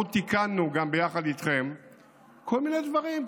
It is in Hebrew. אנחנו תיקנו גם ביחד איתכם כל מיני דברים,